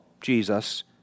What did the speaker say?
Jesus